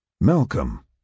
Malcolm